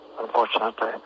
unfortunately